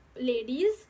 ladies